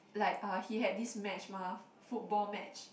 like uh he had this match mah football match